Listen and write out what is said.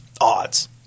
odds